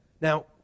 Now